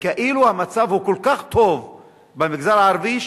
וכאילו המצב הוא כל כך טוב במגזר הערבי,